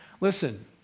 Listen